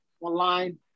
online